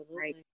Right